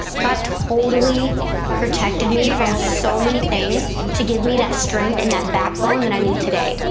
god totally protected me from so many things, to give me that strength and that backbone that i need today.